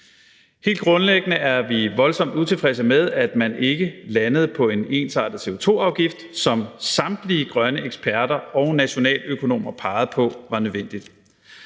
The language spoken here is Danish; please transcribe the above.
Helt grundlæggende er vi voldsomt utilfredse med, at man ikke landede på en ensartet CO2-afgift, som samtlige grønne eksperter og nationaløkonomer pegede på var nødvendigt.